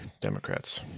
Democrats